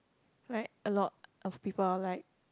like a lot of people are like